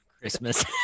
Christmas